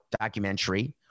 documentary